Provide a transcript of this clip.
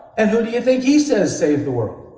and who do you think he says saved the world?